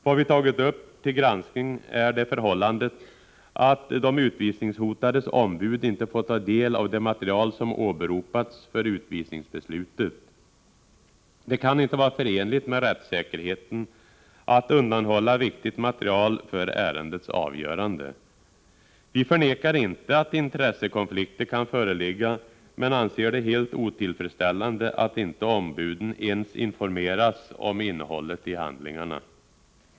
Vad vi har tagit upp till granskning är det förhållandet att de utvisningshotades ombud inte har fått ta del av det material som åberopats för utvisningsbeslutet. Det kan inte vara förenligt med rättssäkerheten att undanhålla för ärendets avgörande viktigt material. Vi förnekar inte att intressekonflikter kan föreligga men anser det helt otillfredsställande att inte ombuden ens informeras om innehållet i handlingarna.